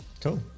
Cool